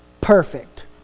perfect